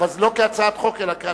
אבל זה לא כהצעת חוק אלא כהצעה לסדר-היום.